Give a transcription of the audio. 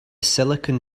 silicon